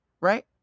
right